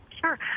sure